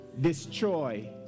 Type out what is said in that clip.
destroy